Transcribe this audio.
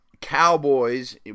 Cowboys